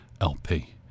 LP